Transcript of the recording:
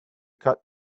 cut